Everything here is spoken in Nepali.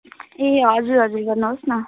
ए हजुर हजुर भन्नुहोस् न